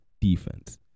defense